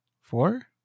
four